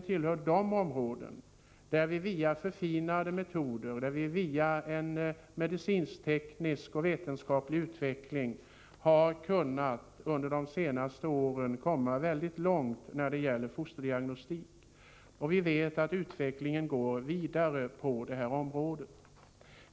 tillhör de områden där vi via förfinade metoder, via en medicinsk, teknisk och vetenskaplig utveckling, under de senaste åren har kommit mycket långt. Och vi vet att utvecklingen går vidare på fosterdiagnostikens område.